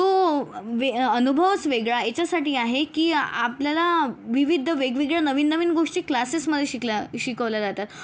तो वे अनुभवच वेगळा याच्यासाठी आहे की आपल्याला विविध वेगवेगळे नवीननवीन गोष्टी क्लासेसमध्ये शिकल्या शिकवल्या जातात